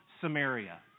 Samaria